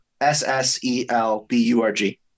S-S-E-L-B-U-R-G